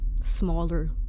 smaller